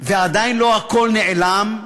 ועדיין לא הכול נעלם,